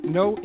no